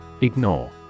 Ignore